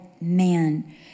man